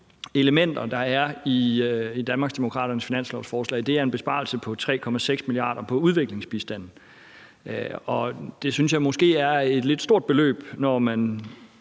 elementer, der er i Danmarksdemokraternes finanslovsforslag, er en besparelse på 3,6 mia. kr. på udviklingsbistanden, og det synes jeg måske er et lidt stort beløb, når man